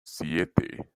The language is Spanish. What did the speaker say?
siete